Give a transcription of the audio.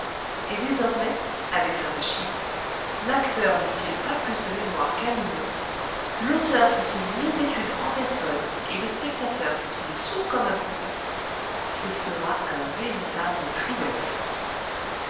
et désormais avec sa machine l'acteur n'eût-il pas plus de mémoire qu'un linot l'auteur fût-il l'hébétude en personne et le spectateur fût-il sourd comme un pot ce sera un véritable triomphe